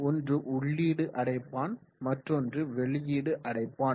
ஒன்று உள்ளீடு அடைப்பான் மற்றொன்று வெளியீட்டு அடைப்பான்